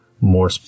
more